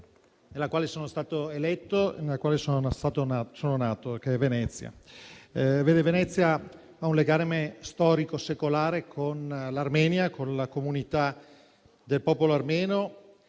nella quale sono stato eletto e nella quale sono nato, Venezia, che ha un legame storico secolare con l'Armenia e con la comunità del popolo armeno,